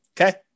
Okay